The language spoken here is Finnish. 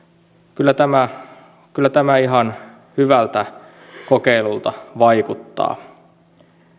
kyllä tämä kyllä tämä ihan hyvältä kokeilulta vaikuttaa